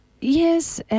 Yes